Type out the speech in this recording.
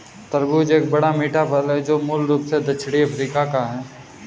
तरबूज एक बड़ा, मीठा फल है जो मूल रूप से दक्षिणी अफ्रीका का है